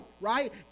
right